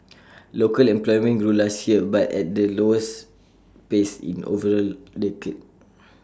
local employment grew last year but at the slowest pace in over A decade